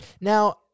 Now